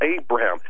Abraham